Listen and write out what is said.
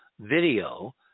video